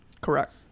Correct